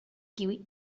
kiwi